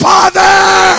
Father